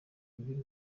iby’u